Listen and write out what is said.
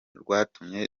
rwatumye